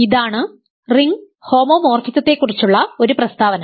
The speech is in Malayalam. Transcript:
ഇതാണ് റിംഗ് ഹോമോമോർഫിസത്തെക്കുറിച്ചുള്ള ഒരു പ്രസ്താവന